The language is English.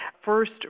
first